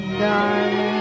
darling